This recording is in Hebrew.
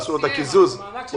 כל חודשיים.